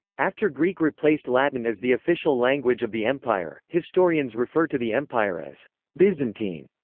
after greek replaced latin as the official language of the empire, historians refer to the empire as byzantine.